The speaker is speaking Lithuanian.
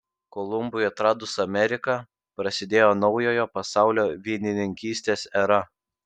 kolumbui atradus ameriką prasidėjo naujojo pasaulio vynininkystės era